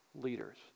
leaders